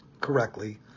correctly